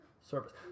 service